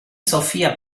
sophia